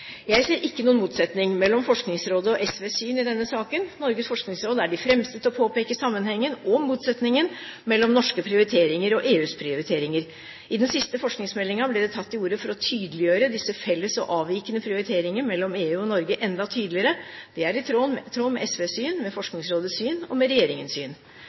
Jeg ser ikke noen motsetning mellom Forskningsrådets og SVs syn i denne saken. Norges forskningsråd er de fremste til å påpeke sammenhengen – og motsetningen – mellom norske prioriteringer og EUs prioriteringer. I den siste forskningsmeldingen ble det tatt til orde for å tydeliggjøre disse felles og avvikende prioriteringene mellom EU og Norge enda tydeligere. Det er i tråd med SVs syn, med Forskningsrådets syn og med regjeringens syn.